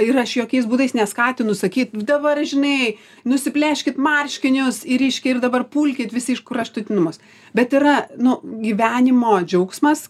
ir aš jokiais būdais neskatinu sakyt dabar žinai nusiplėškit marškinius ir reiškia ir dabar pulkit visi iš kraštutinumus bet yra nu gyvenimo džiaugsmas